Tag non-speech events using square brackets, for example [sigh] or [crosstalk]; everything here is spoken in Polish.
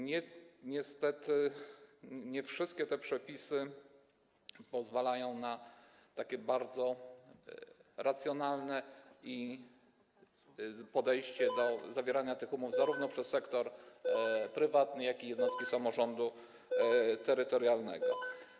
Niestety nie wszystkie te przepisy pozwalają na takie bardzo racjonalne podejście [noise] do zawierania tych umów zarówno przez sektor prywatny, jak i przez jednostki samorządu terytorialnego.